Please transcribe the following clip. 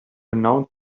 announce